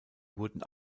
wurden